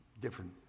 different